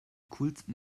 coolsten